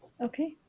okay